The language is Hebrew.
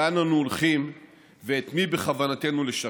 לאן אנו הולכים ואת מי בכוונתנו לשרת.